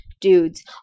dudes